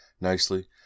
nicely